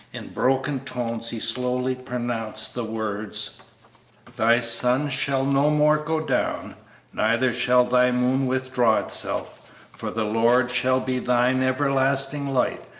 in broken tones he slowly pronounced the words thy sun shall no more go down neither shall thy moon withdraw itself for the lord shall be thine everlasting light,